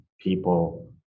people